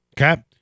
Okay